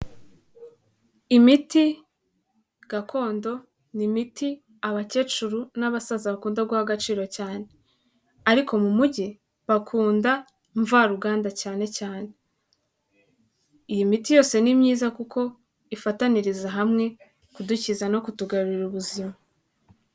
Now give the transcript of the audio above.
Imiti gakondo ni imiti abakecuru n'abasaza bakunda guha agaciro cyane, ariko mu mujyi bakunda mvaruganda cyane cyane, iyi miti yose ni myiza kuko ifataniriza hamwe kudukiza no kutugarurira ubuzima.